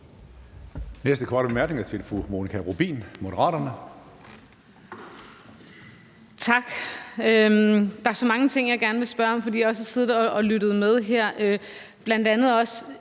Næste korte bemærkning er til fru Monika Rubin, Moderaterne. Kl. 14:41 Monika Rubin (M): Tak. Der er så mange ting, jeg gerne vil spørge om, fordi jeg har siddet og lyttet med her,